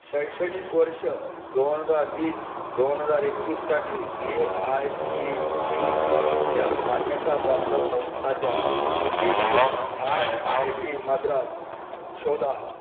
शैक्षणिक वर्ष दोन हजार वीस दोन हजार एकवीससाठी ए आय सी टी ईच्या मान्यताप्राप्त संस्थाच्या सूचीमध्ये आय आय टी मद्रास शोधा